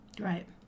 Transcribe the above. Right